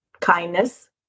kindness